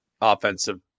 offensive